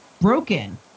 broken